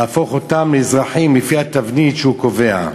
להפוך אותם לאזרחים לפי התבנית שהוא קובע.